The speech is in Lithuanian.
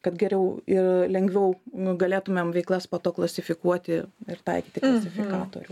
kad geriau ir lengviau galėtumėm veiklas po to klasifikuoti ir taikyti klasifikatorių